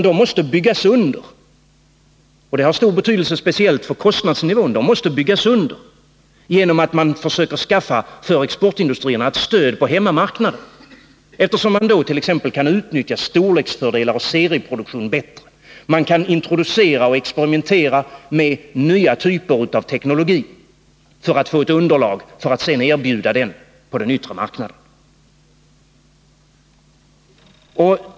De måste — vilket har stor betydelse för speciellt kostnadsnivån — byggas under genom att man för exportindustrierna försöker skaffa ett stöd på hemmamarknaden. De kan då bättre utnyttjat.ex. storleksfördelar och serieproduktion. De kan introducera och experimentera med nya typer av teknologi för att få ett underlag som sedan kan erbjudas på den yttre marknaden.